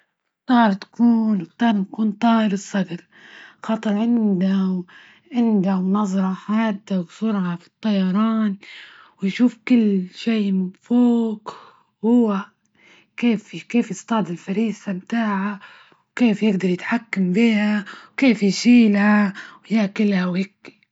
بختار نكون -بختار نكون طائر الصجر، خطر عنده -عنده نظرة حادة وسرعة في الطيران، ويشوف كل شي من فوق هو كيف- كيف يصطاد الفريسة بتاعة؟ وكيف يقدر يتحكم بيها؟ وكيف يشيلها؟ وياكلها وي.